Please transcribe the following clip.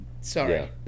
Sorry